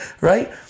Right